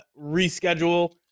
reschedule